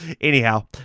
Anyhow